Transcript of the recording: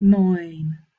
neun